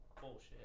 Bullshit